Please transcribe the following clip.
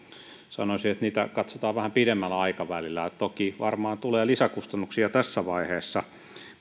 liittyen sanoisin että niitä katsotaan vähän pidemmällä aikavälillä toki varmaan tulee lisäkustannuksia tässä vaiheessa